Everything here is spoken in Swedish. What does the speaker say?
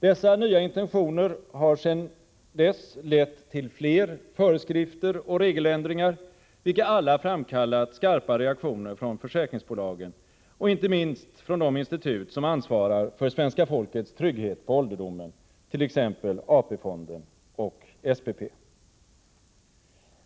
Dessa nya intentioner har sedan dess lett till fler föreskrifter och regeländringar, vilka alla framkallat skarpa reaktioner från försäkringsbolagen och inte minst från de institut som ansvarar för svenska folkets trygghet på ålderdomen, t.ex. AP-fonden och SPP.